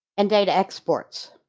and data exports.